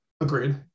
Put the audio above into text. Agreed